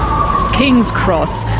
kings cross,